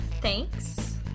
Thanks